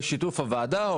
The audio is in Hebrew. בשיתוף הוועדה או